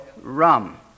rum